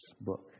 book